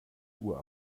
uhr